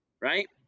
right